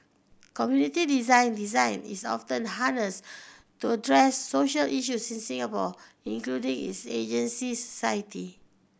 community design design is often harnessed to address social issues in Singapore including its agency society